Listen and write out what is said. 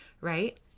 right